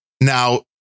Now